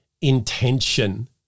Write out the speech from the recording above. intention